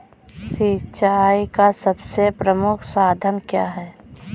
सिंचाई का सबसे प्रमुख साधन क्या है?